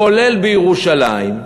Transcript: כולל בירושלים,